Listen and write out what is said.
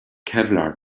kevlar